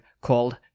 called